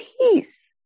peace